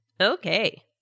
Okay